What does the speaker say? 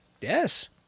Yes